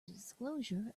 disclosure